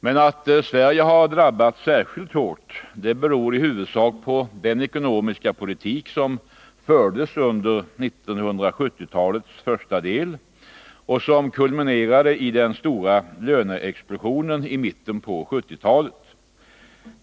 Men att Sverige har drabbats särskilt hårt beror i huvudsak på den ekonomiska politik som fördes under 1970-talets första del och som kulminerade i den stora löneexplosionen i mitten på 1970-talet.